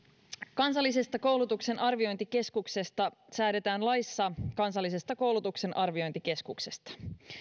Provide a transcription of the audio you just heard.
kansallisesta koulutuksen arviointikeskuksesta säädetään laissa kansallisesta koulutuksen arviointikeskuksesta